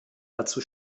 dazu